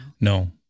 No